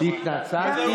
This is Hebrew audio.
התנצלתי